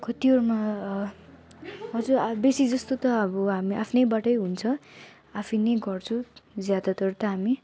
कतिहरूमा हजुर बेसी जस्तो त अब हामी आफ्नैबाटै हुन्छ आफै नै गर्छु ज्यादातर त हामी